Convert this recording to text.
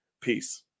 Peace